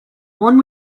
one